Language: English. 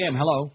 hello